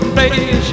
baby